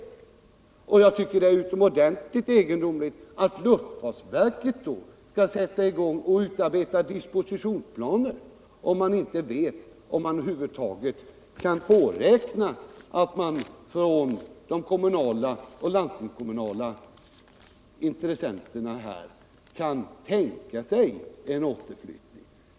Jag tycker 2 alltså att det är utomordentligt egendomligt att luftfartsverket skall börja utarbeta dispositionsplaner samtidigt som man inte vet, om de kommunala och landstingskommunala intressenterna över huvud taget kan tänka sig en återflyttning.